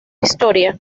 historia